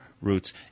roots